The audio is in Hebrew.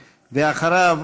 ואחריו,